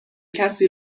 کسی